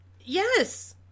Yes